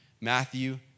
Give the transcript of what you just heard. Matthew